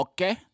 Okay